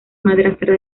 madrastra